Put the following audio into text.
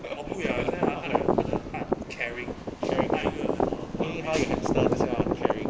!wah! 不言 then 她的她的 heart caring 带一个很好的 barbie doll